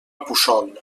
puçol